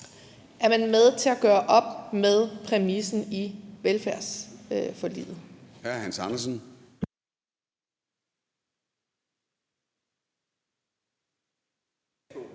Er man med til at gøre op med præmissen i velfærdsforliget?